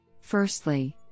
Firstly